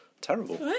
Terrible